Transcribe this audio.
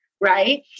right